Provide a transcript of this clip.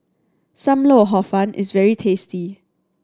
Sam Lau Hor Fun is very tasty